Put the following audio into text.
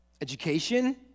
education